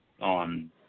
on